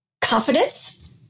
confidence